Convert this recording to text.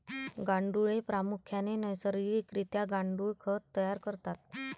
गांडुळे प्रामुख्याने नैसर्गिक रित्या गांडुळ खत तयार करतात